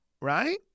right